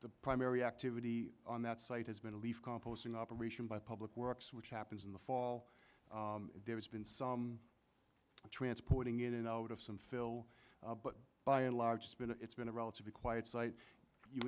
the primary activity on that site has been a leaf composting operation by public works which happens in the fall there has been some transporting in and out of some fill but by and large it's been a it's been a relatively quiet site you